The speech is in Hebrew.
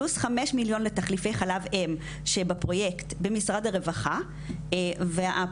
פלוס חמש מיליון לתחליפי חלב אם שבפרויקט במשרד הרווחה ובעצם,